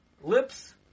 lips